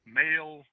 male